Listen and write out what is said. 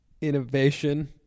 Innovation